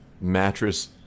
mattress